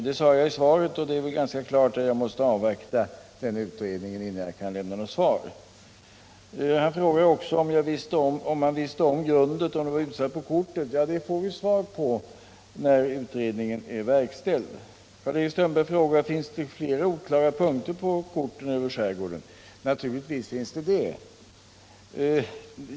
Det sade jag i svaret, och det är väl ganska klart att jag måste avvakta den utredningen innan jag kan lämna något besked. Karl-Erik Strömberg frågade också om man kände till grundet och om det var utsatt på kortet. Det får vi svar på när utredningen är verkställd. Han frågade vidare: Finns det flera oklara punkter på korten över skärgården? Det finns det naturligtvis!